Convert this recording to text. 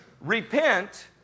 Repent